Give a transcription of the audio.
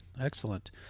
Excellent